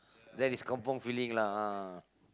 that is kampung feeling lah ah